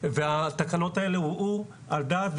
והתקנות האלה הורעו על דעת,